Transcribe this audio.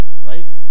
right